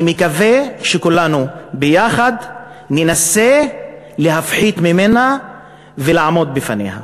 אני מקווה שכולנו ביחד ננסה להפחית ממנה ולעמוד בפניה.